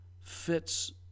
fits